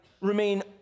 remain